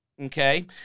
okay